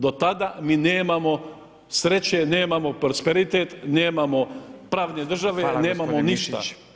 Do tada mi nemamo sreće, nemamo prosperitet, nemamo pravne države, nemamo ništa.